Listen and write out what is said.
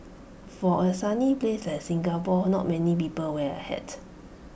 for A sunny place like Singapore not many people wear A hat